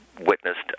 witnessed